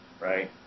right